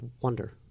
wonder